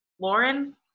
lauren